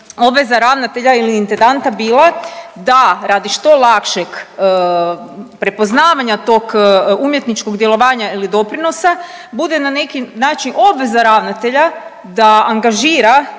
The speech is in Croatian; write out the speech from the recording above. obveza ravnatelja ili intendanta bila da radi što lakšeg prepoznavanja tog umjetničkog djelovanja ili doprinosa bude na neki način obveza ravnatelja da angažira